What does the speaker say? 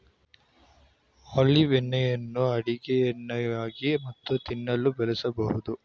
olive ಹಣ್ಣುಗಳನ್ನು ಅಡುಗೆ ಎಣ್ಣೆಯಾಗಿ ಮತ್ತು ತಿನ್ನಲು ಬಳಸಬೋದು